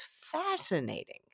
fascinating